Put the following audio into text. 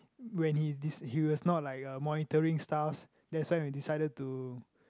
when he de~ he was not like uh monitoring stuff that's when we decided to